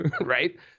Right